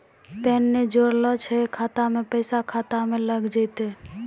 Pan ने जोड़लऽ छै खाता मे पैसा खाता मे लग जयतै?